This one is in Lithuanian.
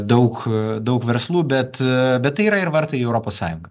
daug daug verslų bet bet tai yra ir vartai į europos sąjungą